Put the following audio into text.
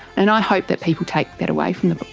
and i hope that people take that away from the book